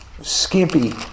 skimpy